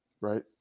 Right